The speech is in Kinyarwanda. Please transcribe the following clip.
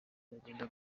bizagenda